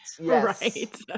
Right